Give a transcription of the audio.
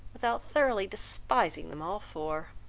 without thoroughly despising them all four.